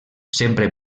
sempre